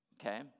okay